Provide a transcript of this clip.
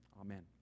Amen